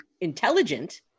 intelligent